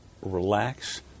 relax